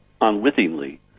unwittingly